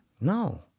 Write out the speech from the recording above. No